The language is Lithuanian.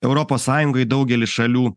europos sąjungoj daugelis šalių